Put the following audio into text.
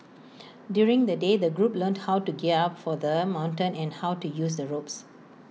during the day the group learnt how to gear up for the mountain and how to use the ropes